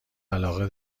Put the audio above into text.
علاقه